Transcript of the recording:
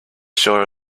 sure